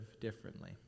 differently